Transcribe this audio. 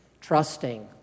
trusting